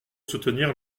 soutenir